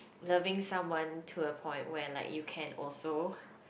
loving someone to a point when like you can also